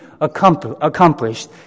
accomplished